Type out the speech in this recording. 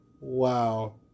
Wow